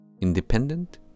independent